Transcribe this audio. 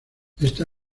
esta